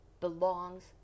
belongs